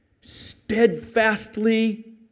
steadfastly